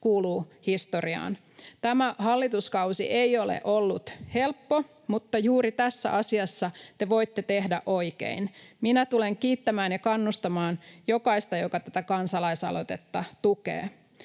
kuuluu historiaan. Tämä hallituskausi ei ole ollut helppo, mutta juuri tässä asiassa te voitte tehdä oikein. Minä tulen kiittämään ja kannustamaan jokaista, joka tätä kansalaisaloitetta tukee.